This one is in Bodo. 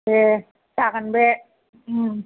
दे जागोन बे ओम